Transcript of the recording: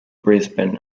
brisbane